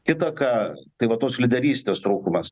kitą ką tai va tos lyderystės trūkumas